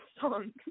song